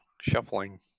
shuffling